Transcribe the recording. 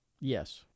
Yes